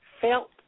felt